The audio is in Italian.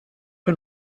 che